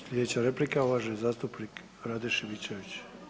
Slijedeća replika uvaženi zastupnik Rade Šimičević.